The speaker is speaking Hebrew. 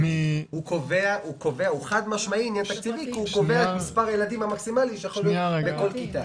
כי הוא קובע את מספר הילדים שיכולים להיות בכל כיתה.